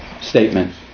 statement